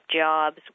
jobs